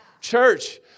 Church